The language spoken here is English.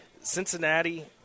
Cincinnati